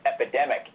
epidemic